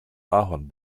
ahorn